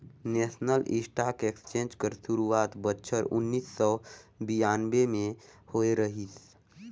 national stock exchange कर सुरवात बछर उन्नीस सव बियानबें में होए रहिस